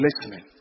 listening